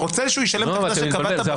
אתה רוצה שהוא ישלם את הקנס שקבעת בחוק.